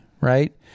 right